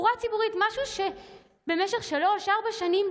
נושא שהיה תקוע שנים במשמרת שלכם.